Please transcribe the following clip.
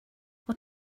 what